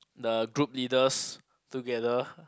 the group leaders together